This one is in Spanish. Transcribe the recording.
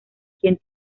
quien